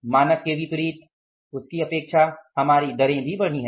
मानक के विपरीत हमारी दरें भी बढ़ी हैं